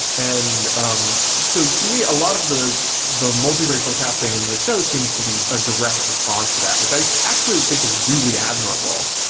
and um so to me, a lot of the the multiracial casting in the show seems to be a direct response to that, which i actually think is really admirable.